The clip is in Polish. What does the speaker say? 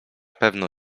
pewno